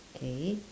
K